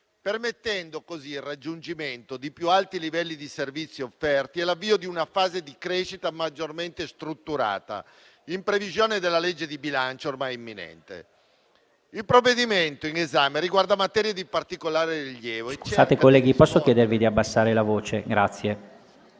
permettendo così il raggiungimento di più alti livelli nei servizi offerti e l'avvio di una fase di crescita maggiormente strutturata, in previsione della legge di bilancio ormai imminente. Il provvedimento in esame riguarda materie di particolare rilievo...